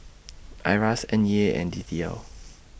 IRAS N E A and D T L